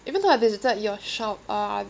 even though I visited your shop uh